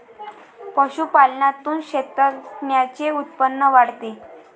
पशुपालनातून शेतकऱ्यांचे उत्पन्न वाढते